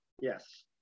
Yes